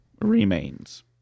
remains